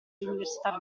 l’università